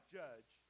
judge